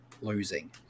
losing